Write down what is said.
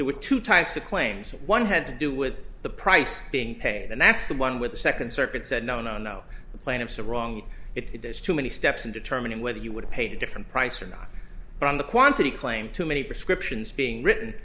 there were two types of claims one had to do with the price being paid and that's the one with the second circuit said no no no the plaintiffs are wrong it there's too many steps in determining whether you would have paid a different price or not but on the quantity claim too many prescriptions being written